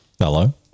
Hello